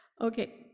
okay